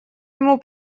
ему